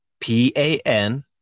P-A-N